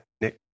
nick